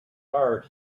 heart